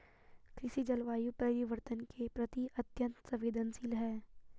कृषि जलवायु परिवर्तन के प्रति अत्यंत संवेदनशील है